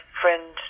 friend